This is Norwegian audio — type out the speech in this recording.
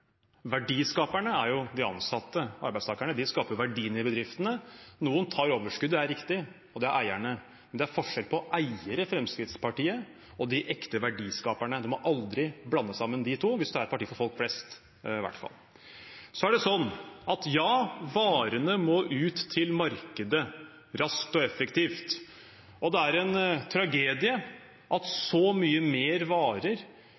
verdiskaperne. Verdiskaperne er jo de ansatte, arbeidstakerne. De skaper verdiene i bedriftene. Noen tar overskuddet, det er riktig, og det er eierne. Men det er forskjell på eierne, Fremskrittspartiet, og de ekte verdiskaperne. Man må aldri blande sammen de to, i hvert fall hvis en er et parti for folk flest. Ja, varene må ut til markedet raskt og effektivt. Det er en tragedie at så mye mer varer